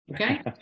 Okay